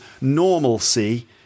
normalcy